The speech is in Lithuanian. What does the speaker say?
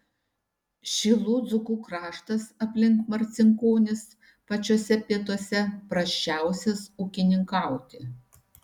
šilų dzūkų kraštas aplink marcinkonis pačiuose pietuose prasčiausias ūkininkauti